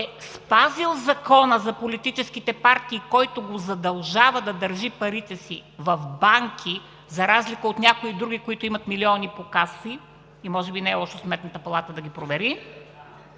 спазил Закона за политическите партии, който го задължава да държи парите си в банки, за разлика от някои други, които имат милиони по каси и може би не е лошо Сметната палата да ги провери,